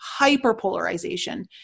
hyperpolarization